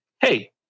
hey